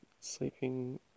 Sleeping